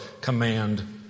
command